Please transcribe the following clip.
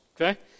Okay